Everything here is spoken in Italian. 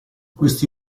questi